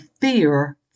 fear